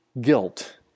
guilt